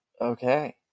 Okay